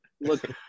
Look